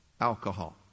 alcohol